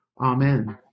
Amen